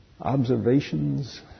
observations